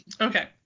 okay